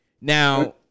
Now